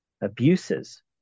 abuses